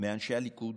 מאנשי הליכוד,